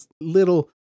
little